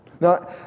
now